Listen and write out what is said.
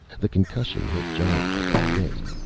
the concussion hit johnny like a fist,